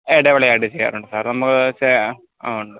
ഇടവേളയായിട്ട് ചെയ്യാറുണ്ട് സാർ നമ്മള് ആ ഉണ്ട്